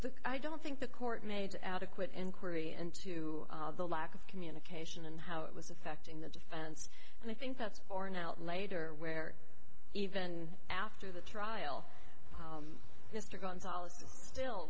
look i don't think the court made adequate inquiry into the lack of communication and how it was affecting the defense and i think that's for now later where even after the trial mr gonzales still